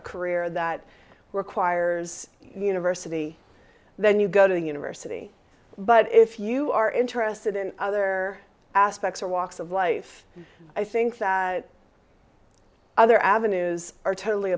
a career that requires university then you go to university but if you are interested in other aspects or walks of life i think that other avenues are totally